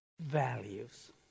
values